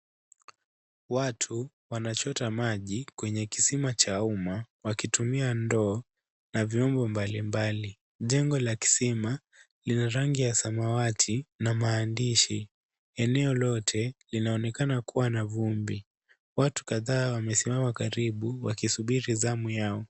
Watu wanachota maji kwenye kisima cha umma wakitumia ndoo na viungo mbalimbali Jengo la kisima lina rangi ya samawati na maandishi. Eneo lote linaonekana kuwa na vumbi. Watu kadhaa wamesimama karibu wakisubiri zamu yao.